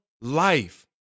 life